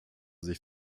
sich